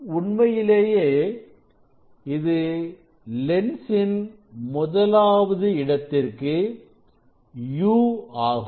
உண்மையிலேயே இது லென்ஸின் முதலாவது இடத்திற்கு u ஆகும்